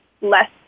less